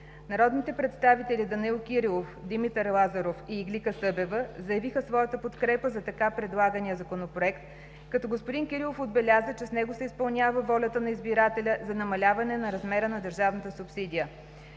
Народните представители Данаил Кирилов, Димитър Лазаров и Иглика Събева заявиха своята подкрепа за така предлагания Законопроект, като господин Кирилов отбеляза, че с него се изпълнява волята на избирателя за намаляване на размера на държавата субсидия.